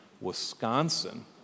Wisconsin